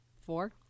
four